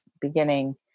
beginning